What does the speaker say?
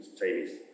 Chinese